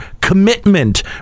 Commitment